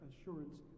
assurance